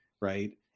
right